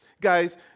guys